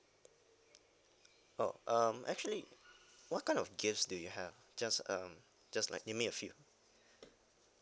oh um actually what kind of gifts do you have just uh just like give me a few